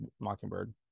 Mockingbird